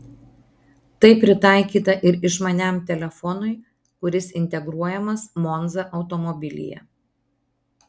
tai pritaikyta ir išmaniam telefonui kuris integruojamas monza automobilyje